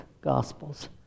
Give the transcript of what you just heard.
Gospels